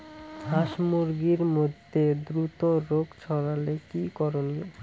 হাস মুরগির মধ্যে দ্রুত রোগ ছড়ালে কি করণীয়?